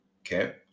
Okay